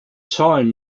time